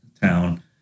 town